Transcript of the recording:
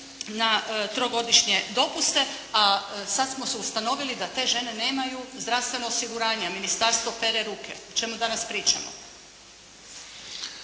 na trogodišnje dopuste, a sad smo ustanovili da te žene nemaju zdravstveno osiguranje, a ministarstvo pere ruke. O čemu danas pričamo?